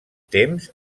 temps